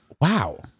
wow